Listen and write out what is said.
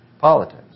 Politics